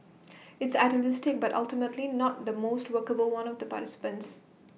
it's idealistic but ultimately not the most workable one of the participants